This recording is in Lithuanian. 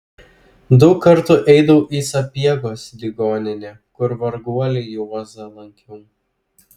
daug kartų eidavau į sapiegos ligoninę kur varguolį juozą lankiau